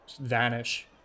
vanish